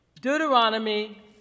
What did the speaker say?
Deuteronomy